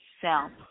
self